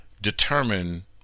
determine